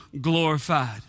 glorified